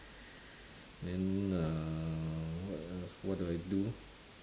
then uh what else what do I do